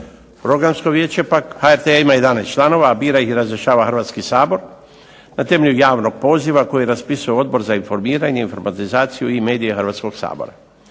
Programsko vijeće pak HRT-a ima 11 članova, a bira ih i razrješava Hrvatski sabor, na temelju javnog poziva koji raspisuje Odbor za informiranje, informatizaciju i medije Hrvatskog sabora.